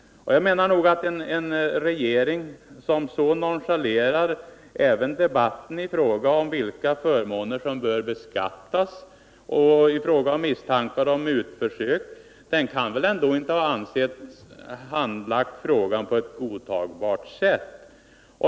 Jag menar att en regering som så nonchalerar även debatten i fråga om vilka förmåner som bör beskattas och i fråga om misstankar om mutförsök inte kan anses ha handlagt frågan på ett godtagbart sätt.